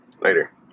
later